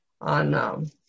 on –